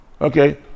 Okay